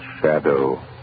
shadow